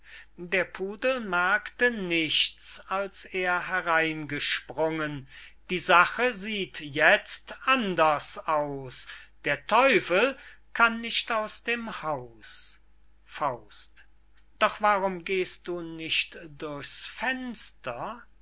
der pudel merkte nichts als er hereingesprungen die sache sieht jetzt anders aus der teufel kann nicht aus dem haus doch warum gehst du nicht durchs fenster